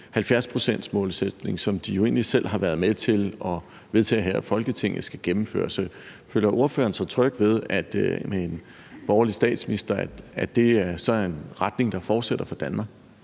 70-procentsmålsætning, som de jo egentlig selv har været med til at vedtage her i Folketinget skal gennemføres. Føler ordføreren sig tryg ved, at det med en borgerlig statsminister er en retning, man vil fortsætte ad i Danmark?